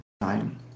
time